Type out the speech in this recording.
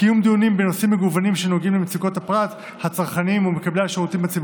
או שאת מוותרת?